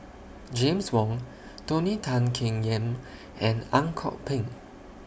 James Wong Tony Tan Keng Yam and Ang Kok Peng